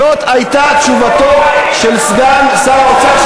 זאת הייתה תשובתו של סגן שר האוצר,